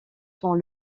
sont